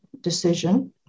decision